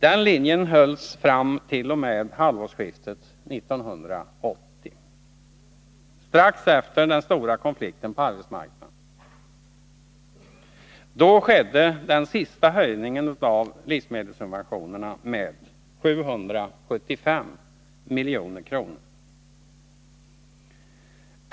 Den linjen hölls fram t.o.m. halvårsskiftet år 1980, strax efter den stora konflikten på arbetsmarknaden. Då skedde den sista höjningen av livsmedelssubventionerna, med 775 milj.kr.